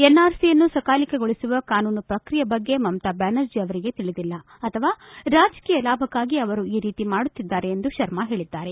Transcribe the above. ಎನ್ಆರ್ಸಿಯನ್ನು ಸಕಾಲಿಕಗೊಳಿಸುವ ಕಾನೂನು ಶ್ರಕ್ರಿಯೆ ಬಗ್ಗೆ ಮಮತಾ ಬ್ಲಾನರ್ಜಿ ಅವರಿಗೆ ತಿಳಿದಿಲ್ಲ ಅಥವಾ ರಾಜಕೀಯ ಲಾಭಕಾಗಿ ಅವರು ಈ ರೀತಿ ಮಾಡುತ್ತಿದ್ದಾರೆ ಎಂದು ಶರ್ಮ ಹೇಳಿದ್ದಾರೆ